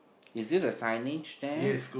is it a signage there